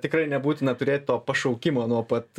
tikrai nebūtina turėt to pašaukimo nuo pat